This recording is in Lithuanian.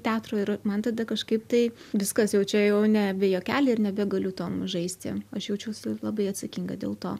teatro ir man tada kažkaip tai viskas jau čia jau nebe juokeliai ir nebegaliu tuom žaisti aš jaučiausi labai atsakinga dėl to